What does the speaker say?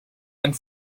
and